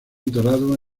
enterrado